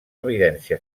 evidència